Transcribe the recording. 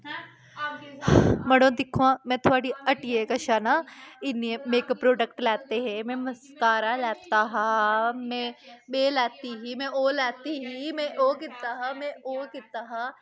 मड़ो दिक्खो हां में थुआड़ियै हट्टियै कशा ना इन्ने मेकअप प्रोडैक्ट लैते हे में मस्कारा लैता हा में एह् लैती ही में ओह् लैती ही में ओह् कीता हा में ओह् कीता हा